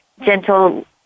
gentle